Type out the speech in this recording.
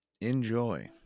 enjoy